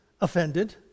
offended